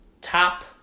top